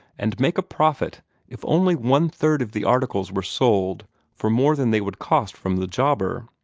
and make a profit if only one-third of the articles were sold for more than they would cost from the jobber?